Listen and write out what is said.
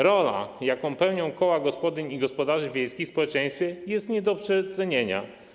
Rola, jaką pełnią koła gospodyń i gospodarzy wiejskich w społeczeństwie, jest nie do przecenienia.